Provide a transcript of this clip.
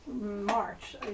march